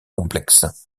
complexes